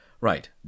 right